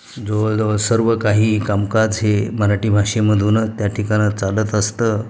जवळजवळ सर्व काही कामकाज हे मराठी भाषेमधूनच त्या ठिकाणं चालत असतं